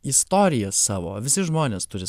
istoriją savo visi žmonės turi